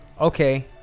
okay